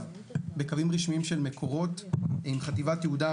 בקווים רשמיים של מקורות עם חטיבת יהודה,